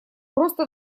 просто